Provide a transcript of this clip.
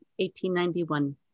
1891